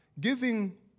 giving